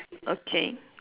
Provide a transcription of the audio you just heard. okay